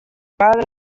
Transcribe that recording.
padre